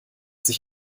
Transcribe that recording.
sich